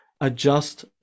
adjust